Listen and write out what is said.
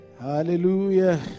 Hallelujah